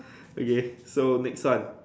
okay so next one